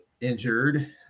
injured